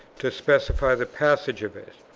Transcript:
to specify the passages of it,